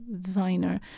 designer